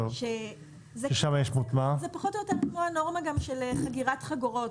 זאת פחות או יותר הנורמה של חגירת חגורות.